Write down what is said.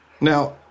Now